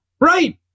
right